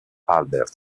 albert